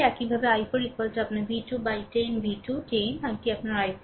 একইভাবে i4 আপনার v2 বাই10v2 10 এটি আপনি i4